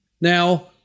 Now